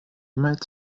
mails